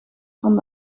van